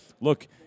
Look